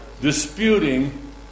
disputing